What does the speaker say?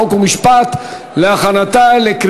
חוק ומשפט נתקבלה.